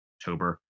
October